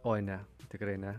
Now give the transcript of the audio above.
oi ne tikrai ne